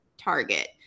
target